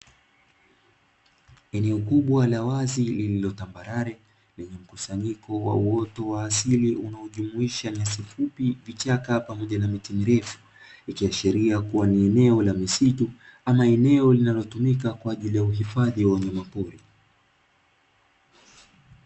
Eneo kubwa la wazi lililo tambarare, lenye mkusanyiko wa uoto wa asili unaojumuisha nyasi fupi, vichaka pamoja na miti mirefu. Ikiashiria kuwa ni eneo la misitu, ama eneo linalotumika kwa ajili ya uhifadhi wa wanyamapori.